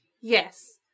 Yes